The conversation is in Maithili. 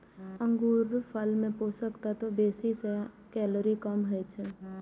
अंगूरफल मे पोषक तत्व बेसी आ कैलोरी कम होइ छै